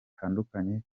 hatandukanye